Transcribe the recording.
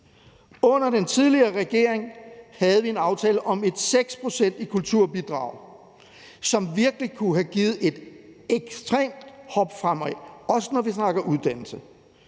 Under den tidligere regering havde vi en aftale om 6 pct. i kulturbidrag, som virkelig kunne have givet et ekstremt hop fremad, også når vi snakker uddannelse.